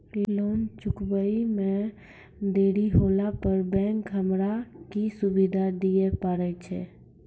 Loan चुकब इ मे देरी होला पर बैंक हमरा की सुविधा दिये पारे छै?